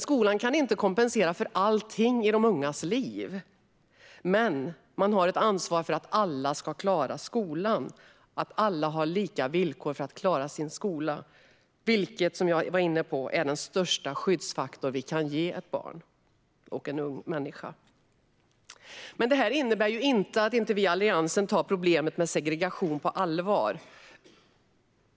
Skolan kan inte kompensera för allting i de ungas liv, men man har ett ansvar för att alla ska klara skolan och för att alla har lika villkor för att göra det. Detta är, som jag var inne på, den största skyddsfaktor som vi kan ge ett barn eller en ung människa. Detta innebär inte att vi i Alliansen inte tar problemet med segregation på allvar.